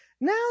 now